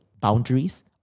boundaries